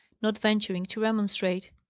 not venturing to remonstrate.